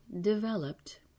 developed